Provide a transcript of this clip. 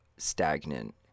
stagnant